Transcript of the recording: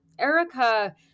Erica